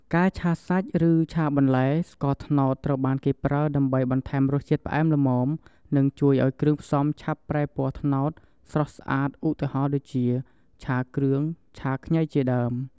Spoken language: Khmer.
ការឆាសាច់ឬឆាបន្លែ ស្ករត្នោតត្រូវបានគេប្រើដើម្បីបន្ថែមរសជាតិផ្អែមល្មម និងជួយឱ្យគ្រឿងផ្សំឆាប់ប្រែពណ៌ត្នោតស្រស់ស្អាត ឧទាហរណ៍ដូចជា ឆាគ្រឿង ឆាខ្ញី ជាដើម។